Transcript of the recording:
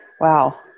Wow